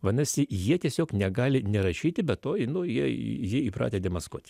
vadinasi jie tiesiog negali nerašyti be to nu jie jie įpratę demaskuoti